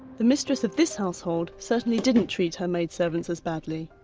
the mistress of this household certainly didn't treat her maid servants as badly,